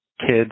kids